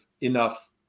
enough